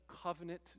covenant